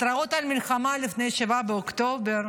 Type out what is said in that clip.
התראות על מלחמה לפני 7 באוקטובר,